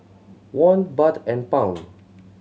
Won Baht and Pound